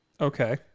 Okay